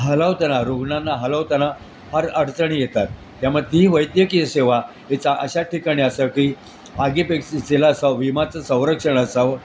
हलवताना रुग्णांना हलवताना फार अडचणी येतात त्यामुळं ती वैद्यकीय सेवा याचा अशा ठिकाणी असं की आगीपेक्षा जिला असा विमाचं संरक्षण असावं